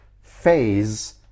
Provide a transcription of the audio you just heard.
phase